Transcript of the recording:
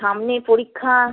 সামনে পরীক্ষা